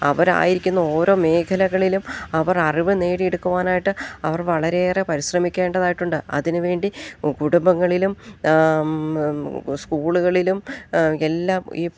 അവരായിരിക്കുന്ന ഓരോ മേഖലകളിലും അവർ അറിവ് നേടിയെടുക്കുവാനായിട്ട് അവർ വളരെയേറെ പരിശ്രമിക്കേണ്ടതായിട്ടുണ്ട് അതിനു വേണ്ടി കുടുംബങ്ങളിലും സ്കൂളുകളിലും എല്ലാം ഈ